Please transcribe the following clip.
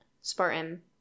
Spartan